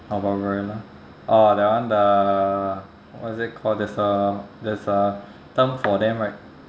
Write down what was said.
oh barbarella oh that one the what is it called there's a there's a term for them right